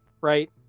right